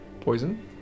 Poison